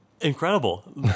Incredible